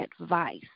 advice